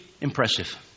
impressive